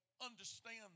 understand